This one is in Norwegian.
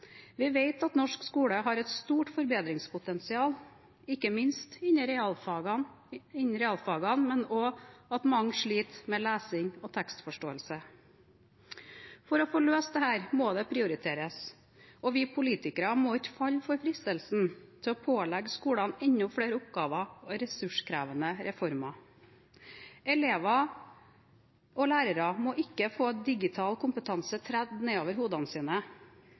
Vi vet at norsk skole har et stort forbedringspotensial, ikke minst innen realfagene, men mange sliter også med lesing og tekstforståelse. For å få løse dette må det prioriteres, og vi politikere må ikke falle for fristelsen til å pålegge skolene enda flere oppgaver og ressurskrevende reformer. Elever og lærere må ikke få «digital kompetanse» tredd nedover hodene sine.